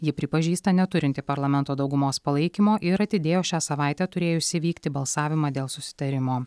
ji pripažįsta neturinti parlamento daugumos palaikymo ir atidėjo šią savaitę turėjusį vykti balsavimą dėl susitarimo